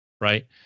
right